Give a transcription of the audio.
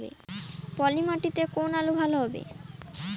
পলি মাটিতে কোন আলু ভালো হবে?